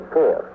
Four